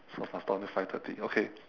so must talk until five thirty okay